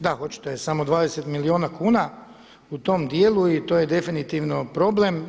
Da očito je samo 20 milijuna kuna u tom djelu i to je definitivno problem.